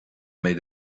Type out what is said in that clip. mbeidh